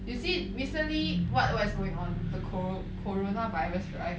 you see recently what what's going on the coro~ corona virus right